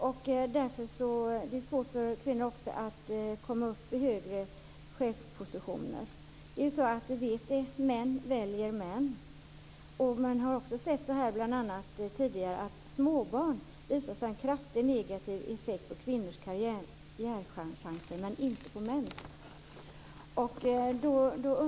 Det är också svårt för kvinnor att komma upp till högre chefspositioner. Vi vet att män väljer män. Bl.a. har det visat sig att småbarn har en kraftig negativ effekt på kvinnors karriärchanser men inte på mäns.